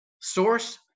source